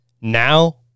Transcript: now